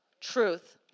truth